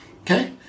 Okay